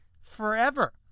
forever